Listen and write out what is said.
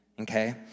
okay